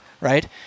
right